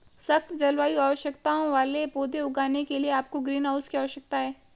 सख्त जलवायु आवश्यकताओं वाले पौधे उगाने के लिए आपको ग्रीनहाउस की आवश्यकता है